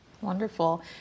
Wonderful